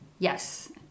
Yes